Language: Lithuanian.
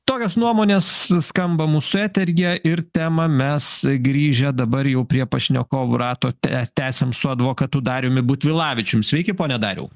tokios nuomonės skamba mūsų eteryje ir temą mes grįžę dabar jau prie pašnekovų rato tes tęsiam su advokatu dariumi butvilavičium sveiki pone dariau